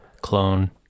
clone